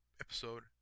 episode